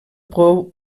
pou